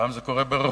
פעם זה קורה ברחובות